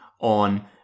on